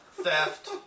theft